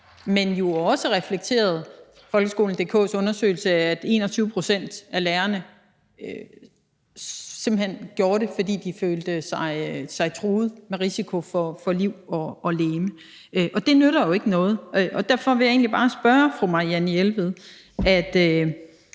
jo også, altså folkeskolen.dk's undersøgelse, at 21 pct. af lærerne simpelt hen gjorde det, fordi de følte sig truet med risiko for liv og legeme. Det nytter jo ikke noget. Derfor vil jeg egentlig bare spørge fru Marianne Jelved,